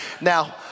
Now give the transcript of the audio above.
Now